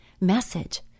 message